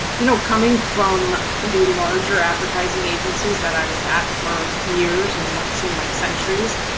you know coming from the larger advertising agencies that i was at for years and what seemed like centuries,